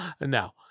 no